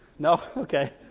no, okay.